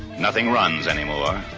nothing runs anymore.